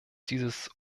dieses